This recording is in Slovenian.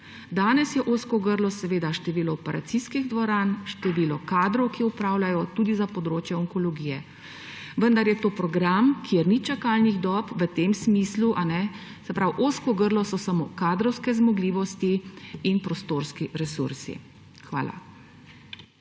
Danes je ozko grlo seveda število operacijskih dvoran, število kadrov, ki opravljajo delo tudi za področje onkologije. Vendar je to program, kjer ni čakalnih dob v tem smislu. Se pravi, ozko grlo so samo kadrovske zmogljivosti in prostorski resursi. Hvala.